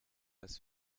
ist